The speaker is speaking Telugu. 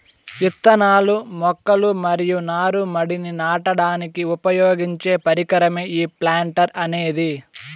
ఇత్తనాలు, మొక్కలు మరియు నారు మడిని నాటడానికి ఉపయోగించే పరికరమే ఈ ప్లాంటర్ అనేది